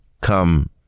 come